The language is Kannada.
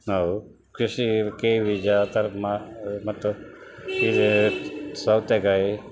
ನಾವು ಕೃಷಿ ಕೇಬೀಜ ಆ ಥರದ್ದು ಮಾ ಮತ್ತು ಇದು ಸೌತೆಕಾಯಿ